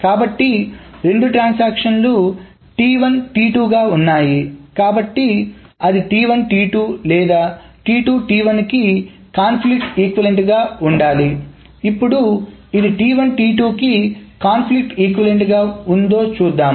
కాబట్టి రెండు ట్రాన్సాక్షన్ లు ఉన్నాయికాబట్టి అది లేదా కు గాని కాన్ఫ్లిక్ట్ ఈక్వలెంట్గా ఉండాలి ఇప్పుడు ఇది కు కాన్ఫ్లిక్ట్ ఈక్వలెంట్గా ఉందో చూద్దాం